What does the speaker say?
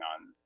on